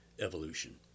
evolution